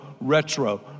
retro